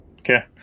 Okay